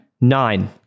Nine